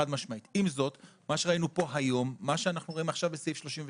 עם זאת, מה שאנחנו רואים עכשיו בסעיף 32